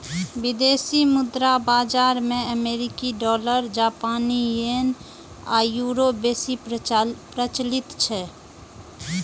विदेशी मुद्रा बाजार मे अमेरिकी डॉलर, जापानी येन आ यूरो बेसी प्रचलित छै